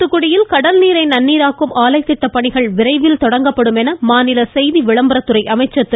தூத்துக்குடியில் கடல்நீரை நன்னீராக்கும் ஆலை திட்டம் விரைவில் செயல்படுத்தப்படும் என மாநில செய்தி விளம்பரத்துறை அமைச்சர் திரு